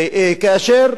וכאשר,